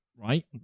Right